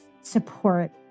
support